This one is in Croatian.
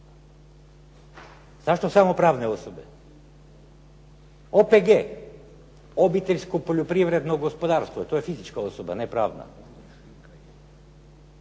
Zašto samo pravne osobe? OPG, obiteljsko poljoprivredno gospodarstvo, to je fizička osoba, ne pravna.